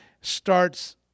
starts